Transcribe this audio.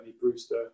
Brewster